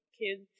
kids